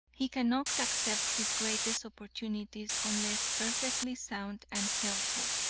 he cannot accept his greatest opportunities unless perfectly sound and healthful.